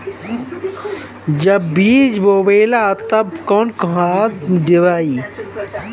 जब बीज बोवाला तब कौन खाद दियाई?